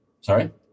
sorry